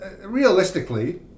realistically